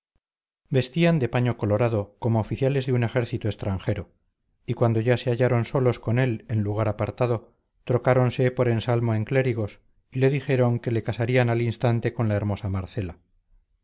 vestían de paño colorado como oficiales de un ejército extranjero y cuando ya se hallaron solos con él en lugar apartado trocáronse por ensalmo en clérigos y le dijeron que le casarían al instante con la hermosa marcela